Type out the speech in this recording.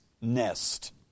nest